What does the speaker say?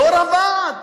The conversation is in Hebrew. יו"ר הוועד.